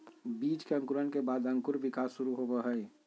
बीज के अंकुरण के बाद अंकुर विकास शुरू होबो हइ